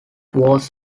was